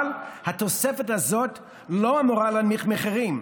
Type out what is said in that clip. אבל התוספת הזאת לא אמורה להוריד מחירים,